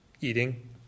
eating